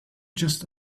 just